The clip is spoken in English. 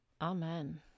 Amen